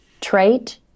trait